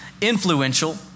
influential